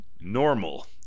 normal